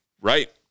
right